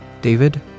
David